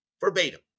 Verbatim